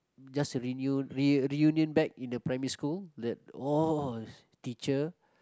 just a reun~ reunion back in the primary school that oh teacher